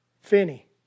Finney